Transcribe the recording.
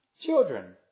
Children